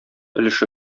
өлеше